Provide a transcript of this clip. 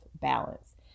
balance